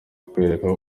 kukwereka